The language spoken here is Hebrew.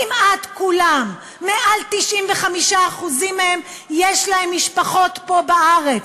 כמעט לכולם, ליותר מ-95% מהם, יש משפחות פה בארץ.